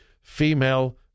female